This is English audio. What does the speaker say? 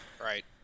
Right